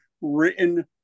written